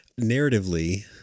Narratively